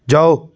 ਜਾਓ